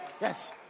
Yes